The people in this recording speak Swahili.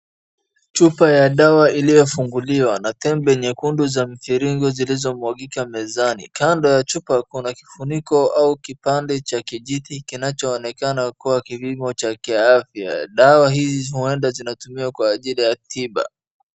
Chupa ya dawa iliofunguliwa na tembe nyekundu za mviringo zilizomwangika mezani. Kando ya chupa kuna kifuniko au kipande cha kijiti kinachoonekana kuwa kipimo cha kiafya. Dawa hizi no wonder zinatumiwa kwa ajili ya tiba.